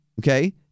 okay